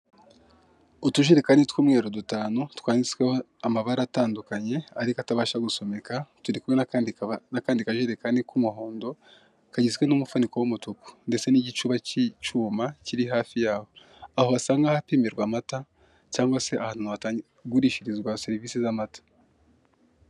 Utujerekani tw'umweru dutanu twanditsweho amabara atandukanye ariko atabasha gusomeka turi kumwe n'akandi kajerekani k'umuhondo kagizwe n'umufuniko w'umutuku ndetse n'igicuba cy'icyuma kiri hafi yaho, aho hasa nk'ahapimirwa amata cyangwa se ahantu hatagurishirizwa serivisi z'amata.